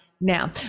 now